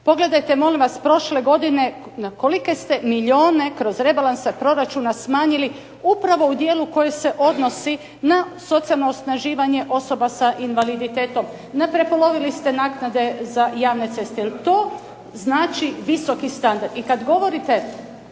Pogledajte molim vas prošle godine na kolike ste milijune kroz rebalanse proračuna smanjili upravo u dijelu koji se odnosi na socijalno osnaživanja osoba sa invaliditetom, prepolovili ste naknade za javne ceste. Jel to znači visoki standard?